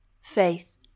faith